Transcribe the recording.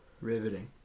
Riveting